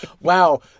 Wow